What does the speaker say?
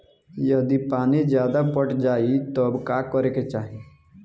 यदि पानी ज्यादा पट जायी तब का करे के चाही?